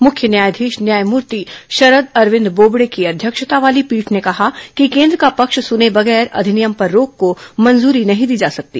मुख्य न्यायाधीश न्यायमूर्ति शरद अरविन्द बोबड़े की अध्यक्षता वाली पीठ ने कहा कि केन्द्र का पक्ष सुने बगैर अधिनियम पर रोक को मंजूरी नहीं दी जा सकती